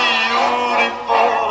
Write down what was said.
beautiful